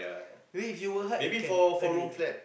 maybe if you work hard you can earn that